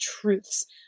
truths